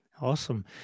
awesome